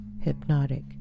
hypnotic